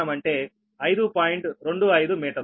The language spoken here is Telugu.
25 మీటర్లకు